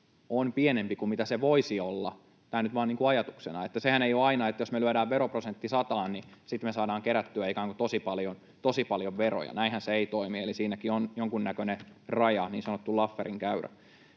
on pienempi kuin mitä se voisi olla? Tämä nyt vaan niin kuin ajatuksena. Sehän ei ole aina niin, että jos me lyödään veroprosentti sataan, niin sitten me saadaan kerättyä ikään kuin tosi paljon veroja. Näinhän se ei toimi, eli siinäkin on jonkunnäköinen raja, niin sanottu Lafferin käyrä.